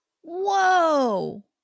Whoa